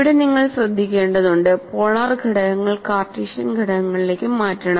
ഇവിടെ നിങ്ങൾ വളരെ ശ്രദ്ധിക്കേണ്ടതുണ്ട് പോളാർ ഘടകങ്ങൾ കാർട്ടീഷ്യൻ ഘടകങ്ങളിലേക്ക് മാറ്റണം